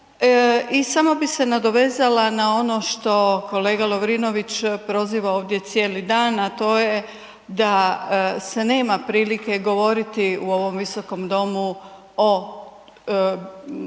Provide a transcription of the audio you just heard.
i samo bi se nadovezala na ono što kolega Lovrinović proziva cijeli dan a to je da se nema prilike govoriti u ovom Visokom domu o